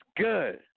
good